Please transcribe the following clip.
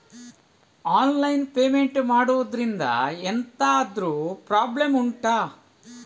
online payment ಮಾಡುದ್ರಿಂದ ಎಂತಾದ್ರೂ problem ಉಂಟಾ